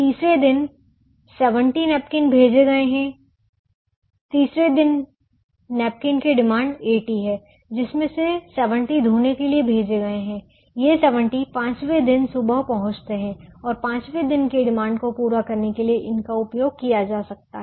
तीसरे दिन 70 नैपकिन भेजे गए हैं तीसरे दिन नैपकिन की डिमांड 80 है जिसमें से 70 धोने के लिए भेजे गए हैं ये 70 पांचवें दिन सुबह पहुंचते हैं और पांचवें दिन की डिमांड को पूरा करने के लिए इनका उपयोग किया जा सकता है